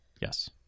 Yes